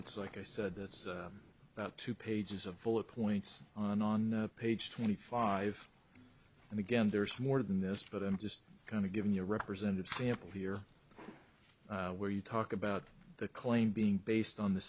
it's like i said that's about two pages of bullet points on page twenty five and again there's more than this but i'm just going to give me a representative sample here where you talk about the claim being based on the